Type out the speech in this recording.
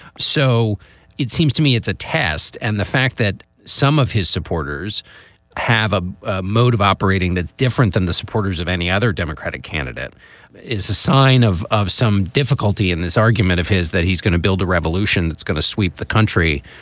so it seems to me it's a test. and the fact that some of his supporters have a a mode of operating that's different than the supporters of any other democratic candidate is a sign of of some difficulty in this argument of his that he's going to build a revolution that's going to sweep the country.